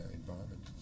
environment